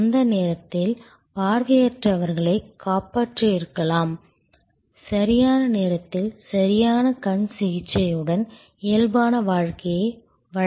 அந்த நேரத்தில் பார்வையற்றவர்களைக் காப்பாற்றியிருக்கலாம் சரியான நேரத்தில் சரியான கண் சிகிச்சையுடன் இயல்பான வாழ்க்கையை வழங்கியிருக்கலாம்